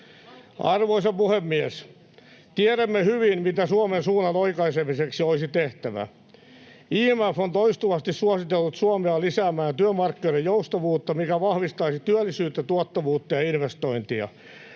Arvoisa puhemies! Tiedämme hyvin, mitä Suomen suunnan oikaisemiseksi olisi tehtävä. IMF on toistuvasti suositellut Suomea lisäämään työmarkkinoiden joustavuutta, mikä vahvistaisi työllisyyttä, tuottavuutta ja investointeja.